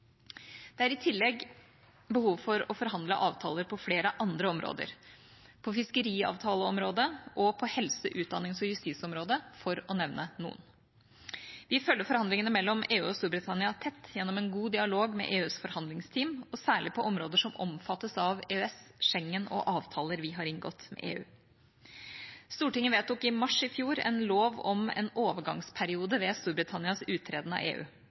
Det er i tillegg behov for å forhandle avtaler på flere andre områder – på fiskeriavtaleområdet og på helse-, utdannings- og justisområdet, for å nevne noen. Vi følger forhandlingene mellom EU og Storbritannia tett gjennom en god dialog med EUs forhandlingsteam, og særlig på områder som omfattes av EØS, Schengen og avtaler vi har inngått med EU. Stortinget vedtok i mars i fjor en lov om en overgangsperiode ved Storbritannias uttreden av EU.